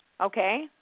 Okay